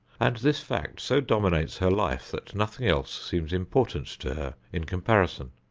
and this fact so dominates her life that nothing else seems important to her in comparison.